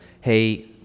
hey